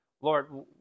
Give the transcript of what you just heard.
Lord